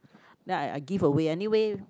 then I I give away anyway